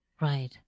Right